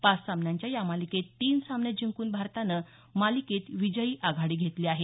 पाच सामन्यांच्या या मालिकेत तीन सामने जिंकून भारतानं मालिकेत विजयी आघाडी घेतली आहे